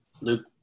Luke